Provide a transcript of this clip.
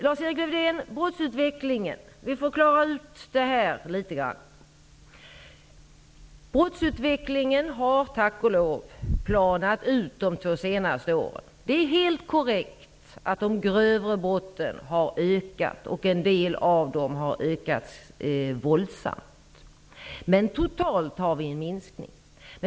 Lars-Erik Lövdén tog upp brottsutvecklingen, och vi måste klara ut detta litet grand. Brottsutvecklingen har tack och lov planat ut de två senaste åren. Det är helt korrekt att de grövre brotten har ökat, och en del av dem våldsamt. Men totalt sett har det skett en minskning.